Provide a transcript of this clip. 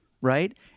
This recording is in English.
Right